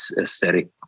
aesthetic